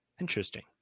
Interesting